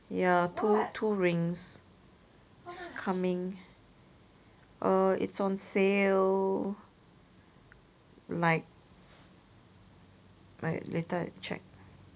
ya two two rings it's coming uh it's on sale like like later I check